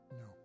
No